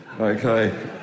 Okay